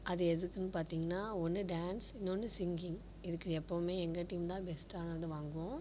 அது எதுக்குன்னு பார்த்திங்கனா ஒன்று டான்ஸ் இன்னொன்று சிங்கிங் இதுக்கு எப்போதுமே எங்கள் டீம் தான் பெஸ்ட்டானது வாங்குவோம்